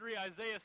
Isaiah